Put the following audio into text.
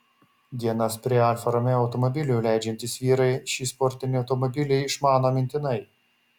dienas prie alfa romeo automobilių leidžiantys vyrai šį sportinį automobilį išmano mintinai